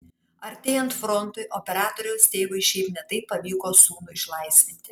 artėjant frontui operatoriaus tėvui šiaip ne taip pavyko sūnų išlaisvinti